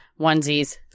onesies